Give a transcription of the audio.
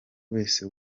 wese